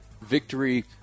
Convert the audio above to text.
Victory